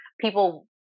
people